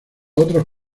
otros